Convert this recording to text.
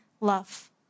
love